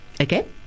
Okay